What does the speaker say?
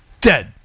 dead